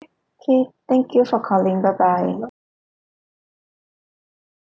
okay thank you for calling bye bye